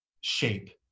shape